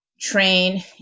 train